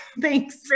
Thanks